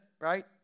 right